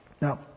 Now